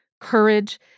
courage